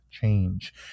change